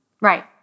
right